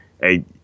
Hey